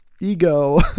ego